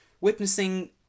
witnessing